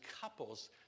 couples